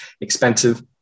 expensive